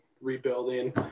rebuilding